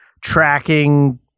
tracking